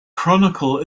chronicle